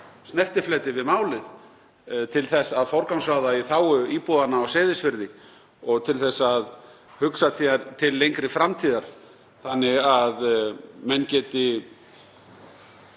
snertifleti við málið til þess að forgangsraða í þágu íbúanna á Seyðisfirði og til að hugsa til lengri framtíðar þannig að menn geti